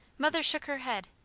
mother shook her head.